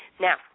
Now